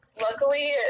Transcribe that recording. Luckily